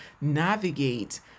navigate